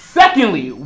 secondly